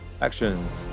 actions